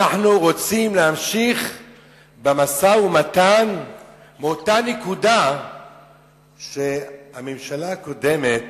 אנחנו רוצים להמשיך במשא-ומתן מאותה נקודה שהממשלה הקודמת